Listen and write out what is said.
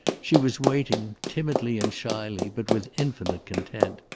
she was waiting, timidly and shyly but with infinite content.